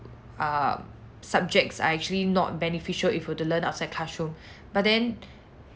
err subjects are actually not beneficial if were to learn outside classroom but then